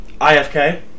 IFK